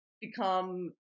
become